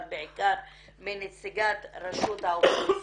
אבל בעיקר מנציגת רשות האוכלוסין,